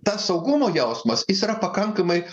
tas saugumo jausmas jis yra pakankamai